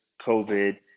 COVID